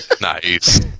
Nice